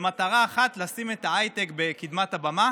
במטרה אחת: לשים את ההייטק בקדמת הבמה